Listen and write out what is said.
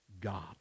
God